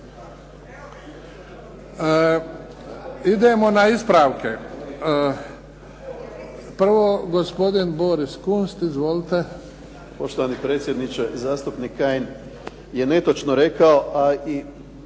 Idemo na ispravke. Prvo, gospodin Boris Kunst. Izvolite. **Kunst, Boris (HDZ)** Poštovani predsjedniče. Zastupnik Kajin je netočno rekao, a i